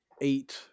eight